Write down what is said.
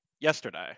yesterday